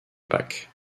pack